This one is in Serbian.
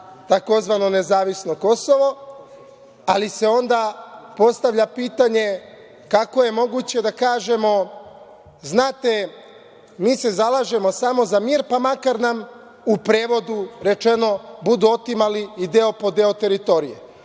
za tzv. nezavisno Kosovo, ali se onda postavlja pitanje kako je moguće da kažemo – znate, mi se zalažemo samo za mir, pa makar nam u prevodu rečeno, budu otimali i deo po deo teritorije. Takva